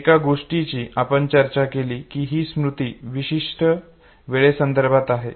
एका गोष्टीची आपण चर्चा केली की ही स्मृती विशिष्ट वेळेसंदर्भात आहे